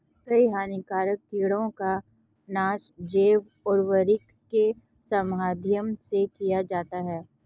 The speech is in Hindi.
कई हानिकारक कीटों का नाश जैव उर्वरक के माध्यम से किया जा सकता है